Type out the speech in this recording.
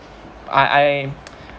I I